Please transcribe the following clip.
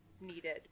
needed